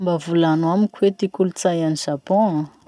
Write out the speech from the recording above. Mba volano amiko ty kolotsay any Japon?